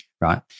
right